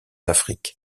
afrique